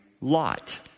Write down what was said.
Lot